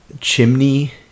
Chimney